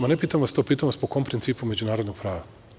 Ne pitam vas to, pitam vas po kom principu međunarodnog prava.